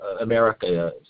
America